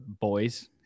boys